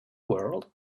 world